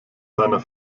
seiner